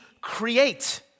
create